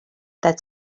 that